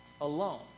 alone